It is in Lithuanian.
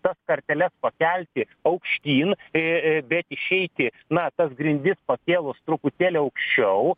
tas karteles pakelti aukštyn į į bet išeiti na tas grindis pakėlus truputėlį aukščiau